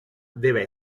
deve